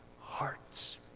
hearts